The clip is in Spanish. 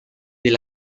del